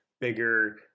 bigger